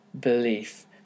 belief